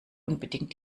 unbedingt